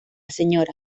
sra